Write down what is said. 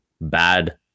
bad